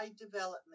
development